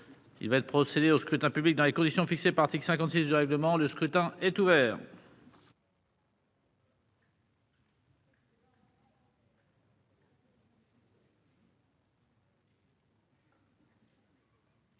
Il va être procédé au scrutin dans les conditions fixées par l'article 56 du règlement. Le scrutin est ouvert.